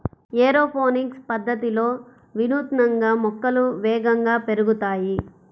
aeroponics పద్ధతిలో వినూత్నంగా మొక్కలు వేగంగా పెరుగుతాయి